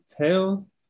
tails